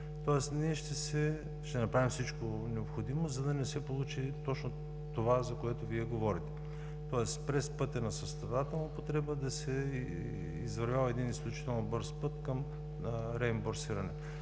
Тоест ще направим всичко необходимо, за да не се получи това, за което Вие говорите, тоест през пътя на състрадателна употреба да се извърви изключително бърз път към реимбурсиране.